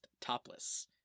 topless